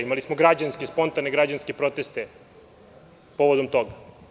Imali smo spontane građanske proteste povodom toga.